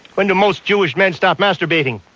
when you're most jewish men, stop masturbating.